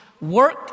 work